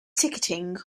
ticketing